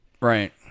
Right